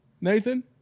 Nathan